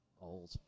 old